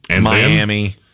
Miami